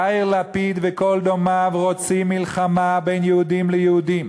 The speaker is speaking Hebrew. יאיר לפיד וכל דומיו רוצים מלחמה בין יהודים ליהודים,